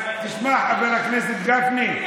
סליחה, חבר הכנסת גפני,